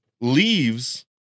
Leaves